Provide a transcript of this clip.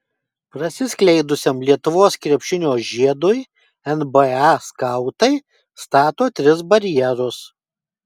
prasiskleidusiam lietuvos krepšinio žiedui nba skautai stato tris barjerus